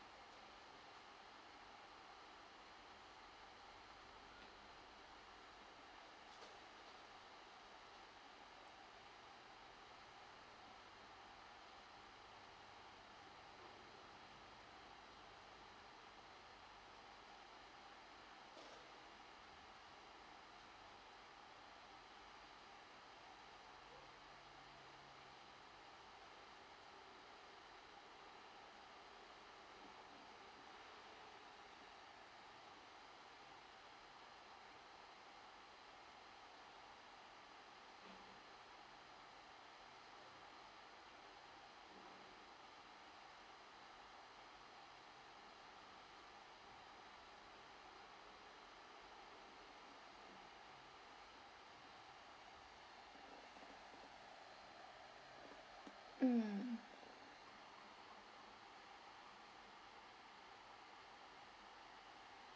mm